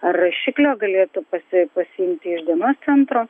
ar rašiklio galėtų pasi pasiimti iš dienos centro